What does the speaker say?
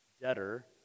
debtor